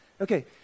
Okay